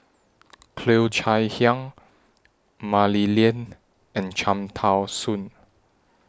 Cheo Chai Hiang Mah Li Lian and Cham Tao Soon